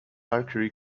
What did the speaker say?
archery